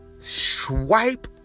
Swipe